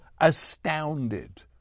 astounded